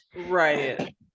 Right